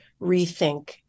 rethink